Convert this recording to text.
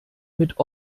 mit